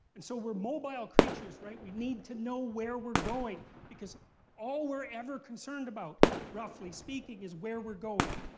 and so we're mobile creatures, right? we need to know where we're going. because all we're ever concerned about, roughly speaking, is where we're going.